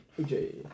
Okay